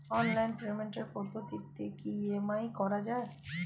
Online পেমেন্টের পদ্ধতিতে কি ই.এম.আই করা যায়?